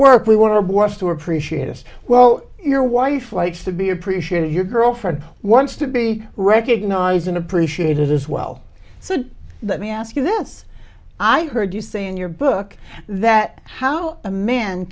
work we want our borders to appreciate as well your wife likes to be appreciated your girlfriend wants to be recognized and appreciated as well so let me ask you this i heard you say in your book that how a man